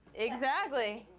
exactly,